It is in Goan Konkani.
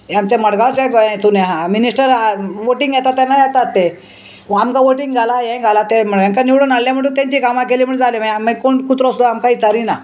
हे आमच्या मडगांवचे गोंय हेतून आहा मिनिस्टर आहा वोटींग येता तेन्ना येतात ते आमकां वोटींग घाला हें घाला तें म्हुणू हेंका निवडून हाडलें म्हणून तेंची कामांक केली म्हणून जाले मागीर कोण कुत्रो सुद्दां आमकां विचारी ना